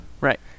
right